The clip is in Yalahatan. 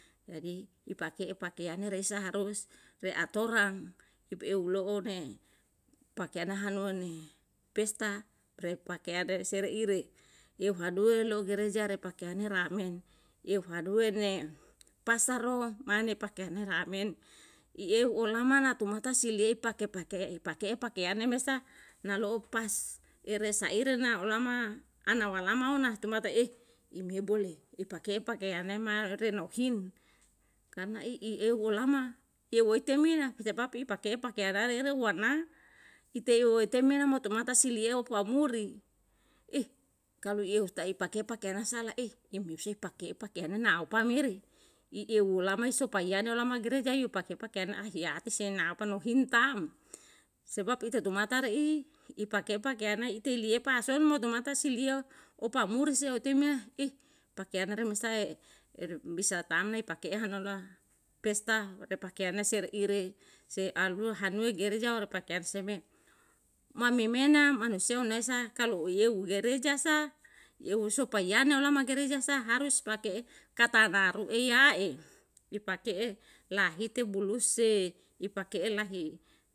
Jadi i pake'e pakeane reisa harus re atoran ipe eu lo'o ne pakeana hanu ne pesta re pakeane re se re ire eu hanue lo gereja re pakeane ra'amen eu hanue ne pasar ro mane pakeane ra'amen i eu olama na tumata silie pake pake'e pake'e pakeane mesa nalo'o pas ere sa ere na olama ana walama ona tumata ei im heu bole i pake'e pakeane mal re nohin karna i i eu o lama yeu oi temina sebab i pake'e pakeana rere wana ite eu otemena moto mata sili eu pa muri ih kalu ieu ta'i pake pakeana sala ih im useu pake'e pakeana na upa mere i eu lama i sopaiana lama gereja yo pake pakeana ahiyati senapa no him taam sebab ite tumata re'i i pake pakeana ite lie pa'a son mo tumata silie opa muri se oteimena ih pakeana remesa e bisa taam nei pake'e hanola pesta re pakeane se reire se alu hanue gereja woru pakean seme mami mena manusia una esa kalu i eu gereja sa i eu sopa iane olama gereja sa harus pake katanaru ei ya'e i pake'e lahite bulus e i pake'e lahi